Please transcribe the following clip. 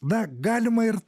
na galima ir